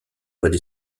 voies